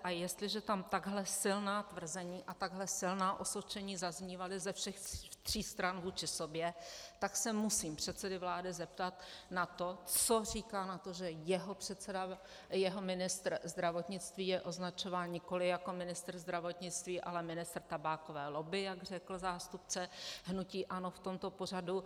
A jestliže tam takto silná tvrzení a takto silná osočení zaznívala ze všech tří stran vůči sobě, tak se musím předsedy vlády zeptat, co říká na to, že jeho ministr zdravotnictví je označován nikoliv jako ministr zdravotnictví, ale ministr tabákové lobby, jak řekl zástupce v hnutí ANO v tomto pořadu.